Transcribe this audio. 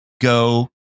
go